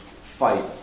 fight